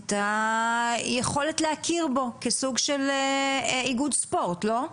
את היכולת להכיר בו כסוג של איגוד ספורט, לא?